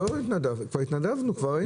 כבר התנדבנו, כבר היינו.